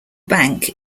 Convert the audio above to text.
bank